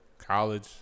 College